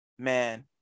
Man